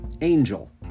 Angel